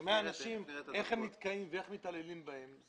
שומע אנשים, איך הם נתקעים ואיך מתעללים בהם.